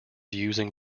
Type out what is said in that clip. using